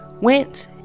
went